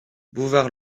bouvard